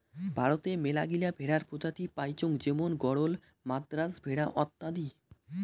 ভারতে মেলাগিলা ভেড়ার প্রজাতি পাইচুঙ যেমন গরল, মাদ্রাজ ভেড়া অত্যাদি